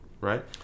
Right